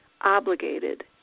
obligated